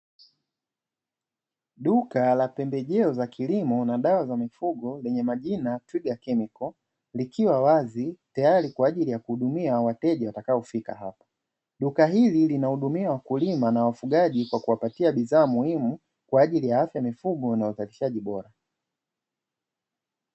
Duka la pembejeo za kilimo na dawa za mifugo lenye majina "TWIGA CHEMICALS" likiwa wazi tayari kwa ajili ya kuhudumia wateja watakaofika hapo. Duka hili linahudumia wakulima na wafugaji kwa kuwapatia bidhaa muhimu kwa ajili ya afya ya mifugo na uzalishaji bora.